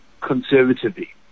conservatively